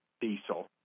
diesel